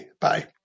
Bye